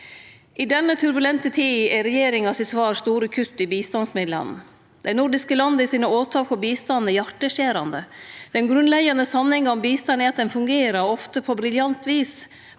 I denne turbulente tida er regjeringa sitt svar store kutt i bistandsmidlane. «De nordiske landenes angrep på bistanden er hjerteskjærende. (…) Den grunnleggende sannheten om bistand er at den fungerer, og ofte på briljant vis,